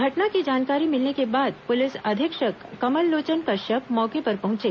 घटना की जानकारी मिलने के बाद पुलिस अधीक्षक कमललोचन कश्यप मौके पर पहुंचे